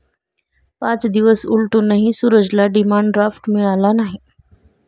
पाच दिवस उलटूनही सूरजला डिमांड ड्राफ्ट मिळाला नाही